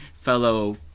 fellow